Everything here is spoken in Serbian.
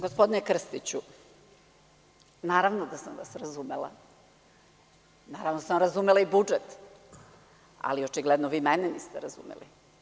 Gospodine Krstiću, naravno da sam vas razumela, naravno da sam razumela i budžet, ali očigledno vi mene niste razumeli.